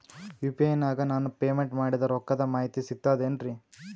UPI ನಾಗ ನಾನು payment ಮಾಡಿದ ರೊಕ್ಕದ ಮಾಹಿತಿ ಸಿಕ್ತಾತೇನ್ರೀ?